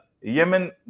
Yemen